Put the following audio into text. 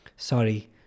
Sorry